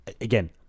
again